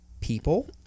people